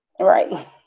right